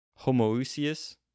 Homoousius